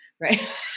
right